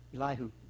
Elihu